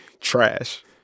trash